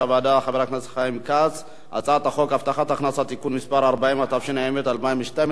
חוק הבטחת הכנסה (תיקון מס' 40), התשע"ב 2012,